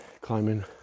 climbing